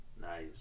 Nice